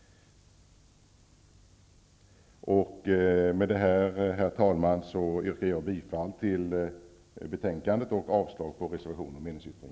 Med det här, herr talman, yrkar jag bifall till skatteutskottets hemställan och avslag på reservationen och meningsyttringen.